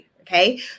okay